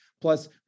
Plus